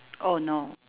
oh no